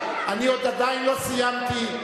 אני עדיין לא סיימתי,